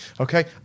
Okay